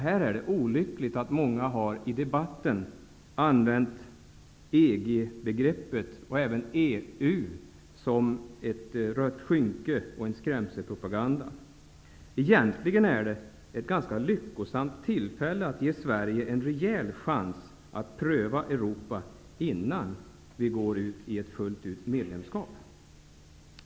Det är olyckligt att många i debatten har använt begreppen EG och EU som ett rött skynke och kommit med en skrämselpropaganda. Det här är egentligen ett ganska lyckosamt tillfälle att ge Sverige en rejäl chans att pröva Europa innan vi går in i ett medlemskap.